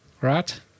right